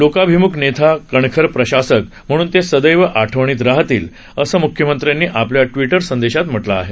लोकाभिम्ख नेता कणखर प्रशासक म्हणून ते सदैव आठवणीत राहतील असं मुख्यंमंत्र्यांनी आपल्या टविटर संदेशात म्हटलं आहे